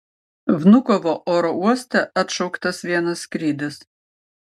vnukovo oro uoste atšauktas vienas skrydis